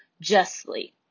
justly